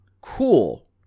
Cool